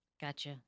Gotcha